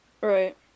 right